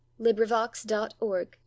LibriVox.org